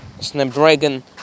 Snapdragon